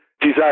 design